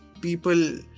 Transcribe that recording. people